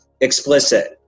explicit